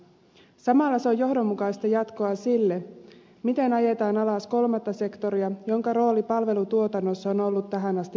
samalla se on johdonmukaista jatkoa sille miten ajetaan alas kolmatta sektoria jonka rooli palvelutuotannossa on ollut tähän asti merkittävä